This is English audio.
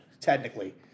technically